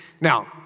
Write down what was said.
Now